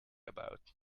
about